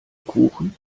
kuchen